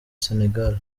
senegal